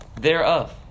thereof